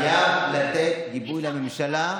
חייבים לתת גיבוי לממשלה,